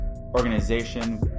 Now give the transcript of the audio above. organization